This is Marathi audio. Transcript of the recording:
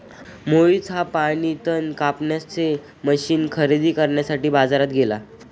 मोहित हा पाणी तण कापण्याचे मशीन खरेदी करण्यासाठी बाजारात गेला